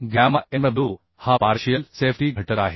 gamma mw हा partial safety घटक आहे